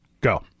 Go